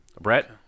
Brett